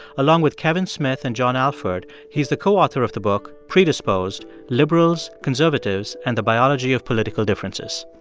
along with kevin smith and john alford, he is the co-author of the book, predisposed liberals, conservatives, and the biology of political differences.